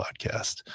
podcast